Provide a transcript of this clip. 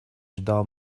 ждал